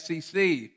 SEC